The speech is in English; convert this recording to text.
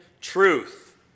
truth